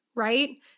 Right